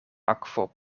akvo